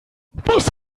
was